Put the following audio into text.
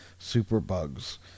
Superbugs